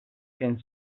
ken